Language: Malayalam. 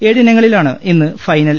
ഏഴിനങ്ങളിലാണ് ഇന്ന് ഫൈനൽ